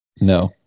No